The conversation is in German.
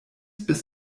bis